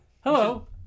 Hello